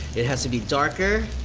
it has to be darker,